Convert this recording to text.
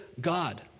God